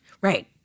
right